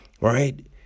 right